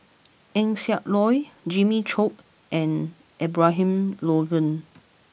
Eng Siak Loy Jimmy Chok and Abraham Logan